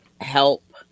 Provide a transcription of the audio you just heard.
help